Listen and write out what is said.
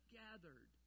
gathered